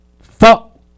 Fuck